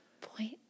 Point